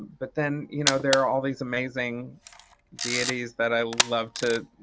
but then you know there are all these amazing deities that i love to